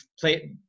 play